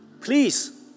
Please